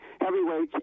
heavyweights